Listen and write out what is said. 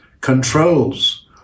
controls